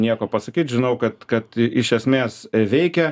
nieko pasakyt žinau kad kad iš esmės veikia